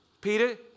Peter